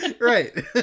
Right